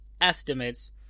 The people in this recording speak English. estimates